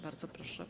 Bardzo proszę.